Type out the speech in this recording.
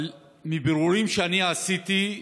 אבל מבירורים שעשיתי,